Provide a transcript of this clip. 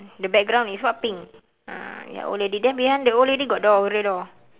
the background is what pink ah ya old lady then behind the old lady got door door